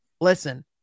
listen